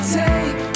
take